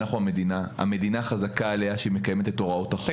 אנחנו המדינה וחזקה על המדינה שהיא מקיימת את הוראות החוק.